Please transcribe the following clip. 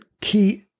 key